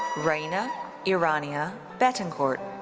reina irania betancourt.